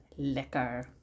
Lekker